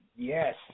Yes